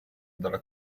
dalla